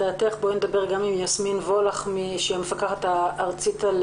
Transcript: יסמין וולך, המפקחת הארצית על